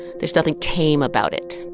there's nothing tame about it.